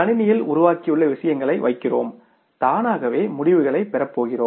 கணினியில் உருவாக்கியுள்ள விஷயங்களை வைக்கிறோம் தானாகவே முடிவுகளைப் பெறப்போகிறோம்